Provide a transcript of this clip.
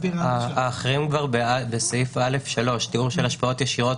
האחרים בסעיף א3 תיאור של השפעות ישירות